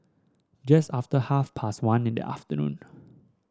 just after half past one in the afternoon